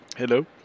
Hello